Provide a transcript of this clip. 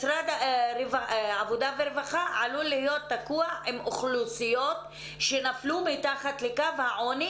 משרד העבודה והרווחה עלול להיות תקוע עם אוכלוסיות שנפלו מתחת לקו העוני